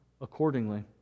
accordingly